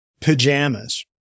pajamas